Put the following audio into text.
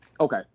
Okay